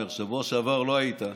לך,